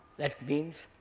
that means,